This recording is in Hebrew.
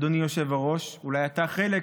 אדוני היושב-ראש, אולי אתה חלק,